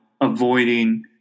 avoiding